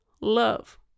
love